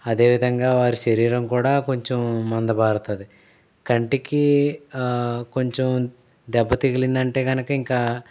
అదేవిధంగా వారి శరీరం కూడా కొంచెం మందభారతుంది కంటికి కొంచెం దెబ్బ తగిలింది అంటే కనుక ఇంకా